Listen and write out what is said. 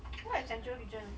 what are central kitchen